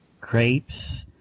crepes